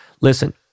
listen